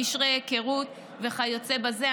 קשרי היכרות וכיוצא בזה.